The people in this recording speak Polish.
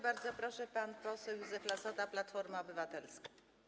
Bardzo proszę, pan poseł Józef Lassota, Platforma Obywatelska.